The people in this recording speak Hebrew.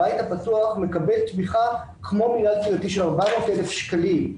הבית הפתוח מקבל תמיכה כמו מינהל קהילתי של 400,000 שקלים.